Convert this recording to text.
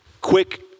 Quick